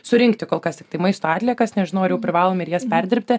surinkti kol kas tiktai maisto atliekas nežinau ar jau privalome ir jas perdirbti